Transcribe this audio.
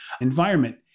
environment